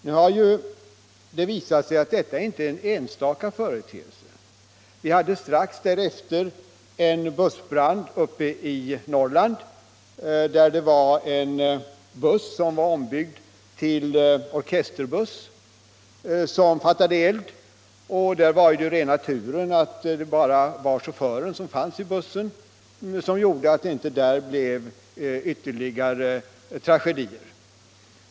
Nu har det visat sig att detta inte är någon enstaka företeelse. Strax efter den aktuella olyckan hade vi en bussbrand uppe i Norrland. En buss, som var ombyggd till orkesterbuss, fattade eld. Det var rena turen att bara chauffören fanns i bussen; det gjorde att det här inte blev ytterligare en tragedi.